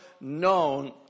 known